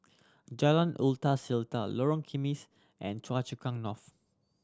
Jalan Seletar Lorong Kismis and Choa Chu Kang North